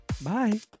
Bye